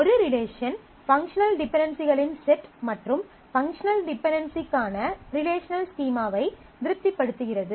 ஒரு relation functional டிபென்டென்சிகளின் set மற்றும் பங்க்ஷனல் டிபென்டென்சிகான ரிலேஷனல் ஸ்கீமா ஐ திருப்தி படுத்துகிறது